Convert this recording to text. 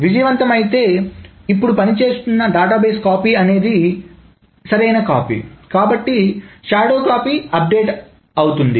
విజయవంతమైతే ఇప్పుడు పని చేస్తున్న డేటాబేస్ కాపి అనేది ఇది సరైన కాపి కాబట్టి షాడో కాపి నవీకరించ బడుతుంది